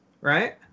right